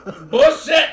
Bullshit